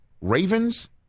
ravens